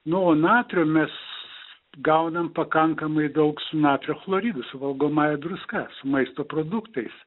nu o natrio mes gaunam pakankamai daug su natrio chloridu su valgomąja druska su maisto produktais